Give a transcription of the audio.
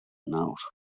nawr